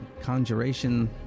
conjuration